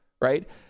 right